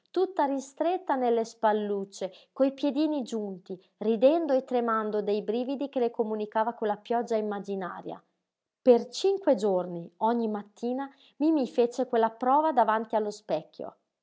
tutta ristretta nelle spallucce coi piedini giunti ridendo e tremando dei brividi che le comunicava quella pioggia immaginaria per cinque giorni ogni mattina mimí fece quella prova davanti allo specchio